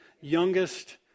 youngest